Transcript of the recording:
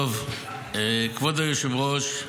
טוב, כבוד היושב-ראש,